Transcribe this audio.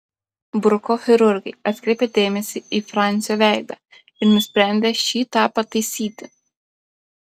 bruko chirurgai atkreipė dėmesį į fransio veidą ir nusprendė šį tą pataisyti